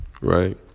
right